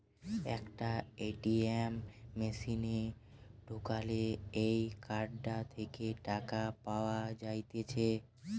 একটা এ.টি.এম মেশিনে ঢুকালে এই কার্ডটা থেকে টাকা পাওয়া যাইতেছে